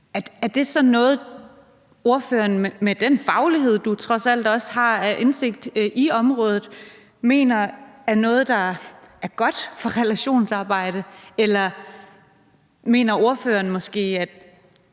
er det så noget, ordføreren med den faglighed, du trods alt også har, og indsigt i området mener er godt for relationsarbejdet? Eller mener ordføreren måske, at